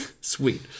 Sweet